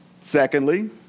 Secondly